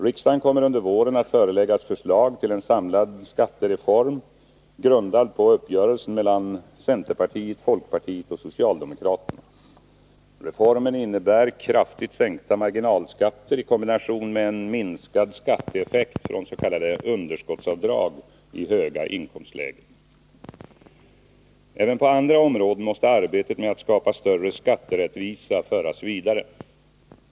Riksdagen kommer under våren att föreläggas förslag till en samlad skattereform, grundad på uppgörelsen mellan centerpartiet, folkpartiet och socialdemokraterna. Reformen innebär kraftigt sänkta marginalskatter i kombination med en minskad skatteeffekt från s.k. underskottsavdrag i höga inkomstlägen. Även på andra områden måste arbetet med att skapa större skatterättvisa föras vidare.